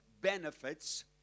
benefits